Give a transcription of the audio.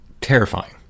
Terrifying